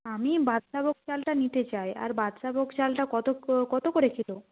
আমি বাদশাভোগ চালটা নিতে চাই আর বাদশাভোগ চালটা কতো কতো করে কিলো